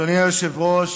אדוני היושב-ראש,